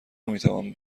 میتوان